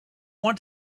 want